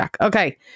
Okay